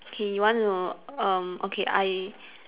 hey you want to um okay I